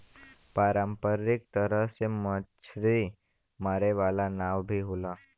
पारंपरिक तरह से मछरी मारे वाला नाव भी होला